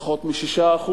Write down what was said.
פחות מ-6%,